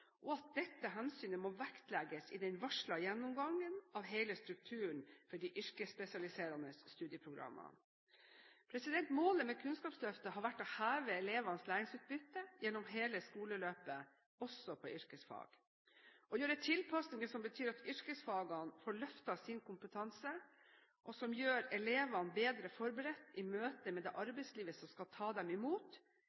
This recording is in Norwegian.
og at dette hensynet må vektlegges i den varslede gjennomgangen av hele strukturen for de yrkesspesialiserende studieprogrammene. Målet med Kunnskapsløftet har vært å heve elevenes læringsutbytte gjennom hele skoleløpet – også på yrkesfag. Å gjøre tilpasninger som betyr at yrkesfagelevene får løftet sin kompetanse, og som gjør elevene bedre forberedt i møte med det